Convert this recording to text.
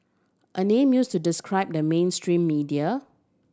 a name used to describe the mainstream media